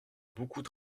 beaucoup